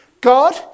God